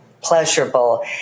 pleasurable